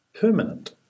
permanent